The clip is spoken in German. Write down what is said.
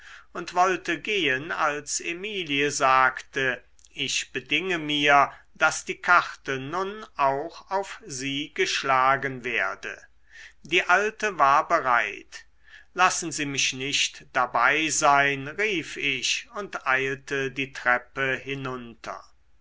und wollte gehen als emilie sagte ich bedinge mir daß die karte nun auch auf sie geschlagen werde die alte war bereit lassen sie mich nicht dabei sein rief ich und eilte die treppe hinunter